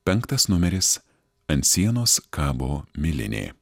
penktas numeris ant sienos kabo milinė